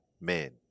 men